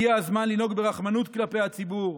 הגיע הזמן לנהוג ברחמנות כלפי הציבור,